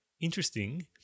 interesting